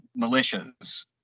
militias